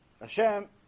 Hashem